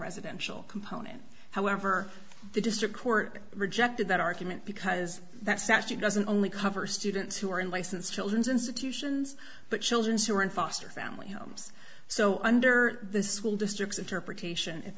residential component however the district court rejected that argument because that statute doesn't only cover students who are unlicensed children's institutions but children's who are in foster family homes so under the school districts